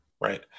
right